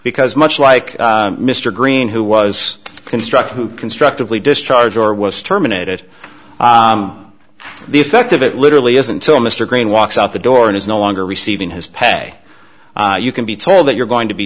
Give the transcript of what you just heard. because much like mr green who was construct who constructively discharge or was terminated the effect of it literally is until mr greene walks out the door and is no longer receiving his pay you can be told that you're going to be